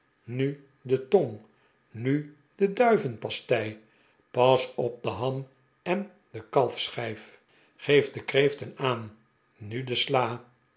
nu de tong nu de duivenpasteil pas op de ham en de kalfsschijf geef de kreeften aan nu de sla